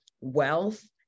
wealth